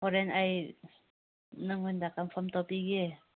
ꯍꯣꯔꯦꯟ ꯑꯩ ꯅꯪꯉꯣꯟꯗ ꯀꯟꯐꯥꯔꯝ ꯇꯧꯕꯤꯒꯦ